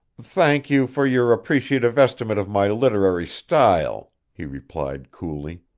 thank you for your appreciative estimate of my literary style, he replied coolly